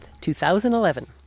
2011